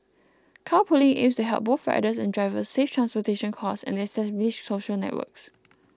carpooling aims to help both riders and drivers save transportation costs and establish social networks